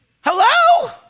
Hello